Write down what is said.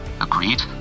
Agreed